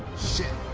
shit!